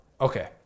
Okay